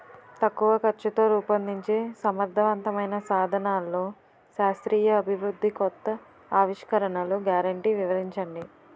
తక్కువ ఖర్చుతో రూపొందించే సమర్థవంతమైన సాధనాల్లో శాస్త్రీయ అభివృద్ధి కొత్త ఆవిష్కరణలు గ్యారంటీ వివరించండి?